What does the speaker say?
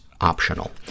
optional